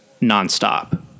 nonstop